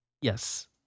Yes